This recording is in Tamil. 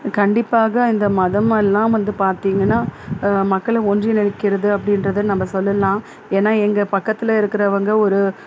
கண்டிப்பாக இந்த மதம்மெல்லாம் வந்து பார்த்தீங்கன்னா மக்களை ஒன்றிணைக்கிறது அப்படின்றதை நம்ம சொல்லலாம் ஏனால் எங்கள் பக்கத்தில் இருக்கிறவங்க ஒரு